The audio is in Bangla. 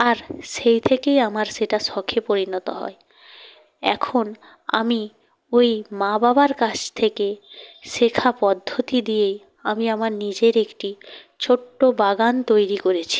আর সেই থেকেই আমার সেটা শখে পরিণত হয় এখন আমি ওই মা বাবার কাছ থেকে শেখা পদ্ধতি দিয়েই আমি আমার নিজের একটি ছোট্ট বাগান তৈরি করেছি